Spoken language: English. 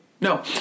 no